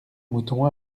mouton